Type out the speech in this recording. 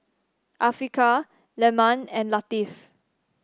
Afiqah Leman and Latif